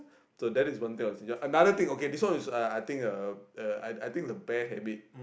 so that is one thing I would stinge on another thing okay this one uh I think uh I I think it's a bad habit